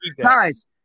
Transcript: Guys